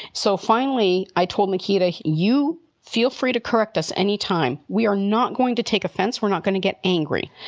so finally, i told makita, you feel free to correct us anytime. we are not going to take offense. we're not gonna get angry.